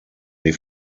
die